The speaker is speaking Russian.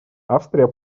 австрия